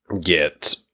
get